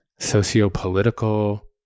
Socio-political